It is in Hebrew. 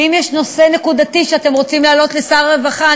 אם יש נושא נקודתי שאתם רוצים להעלות לשר הרווחה,